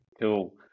Cool